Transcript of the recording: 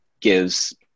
gives